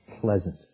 pleasant